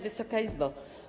Wysoka Izbo!